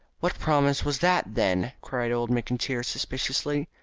what promise was that, then? cried old mcintyre suspiciously.